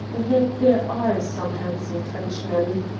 that there are some handsome frenchmen.